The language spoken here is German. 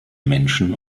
menschen